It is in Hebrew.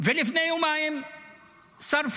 ולפני יומיים שרפו